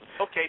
Okay